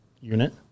unit